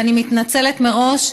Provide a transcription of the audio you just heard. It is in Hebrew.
אני מתנצלת מראש,